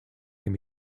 can